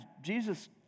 Jesus